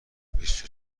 بیست